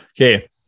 Okay